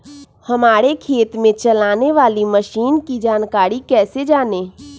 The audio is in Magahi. हमारे खेत में चलाने वाली मशीन की जानकारी कैसे जाने?